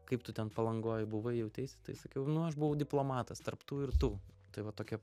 kaip tu ten palangoj buvai jauteisi tai sakiau nu aš buvau diplomatas tarp tų ir tų tai va tokia